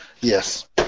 Yes